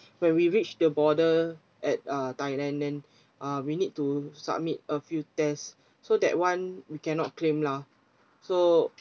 when we reach the border at uh thailand then uh we need to submit a few test so that one we cannot claim lah so